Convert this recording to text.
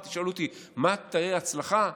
שאלו אותי מה תהיה הצלחה,